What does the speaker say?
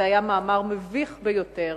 זה היה מאמר מביך ביותר.